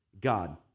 God